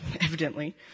evidently